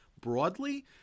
broadly